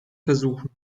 versuchen